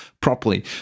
properly